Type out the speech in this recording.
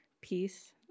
peace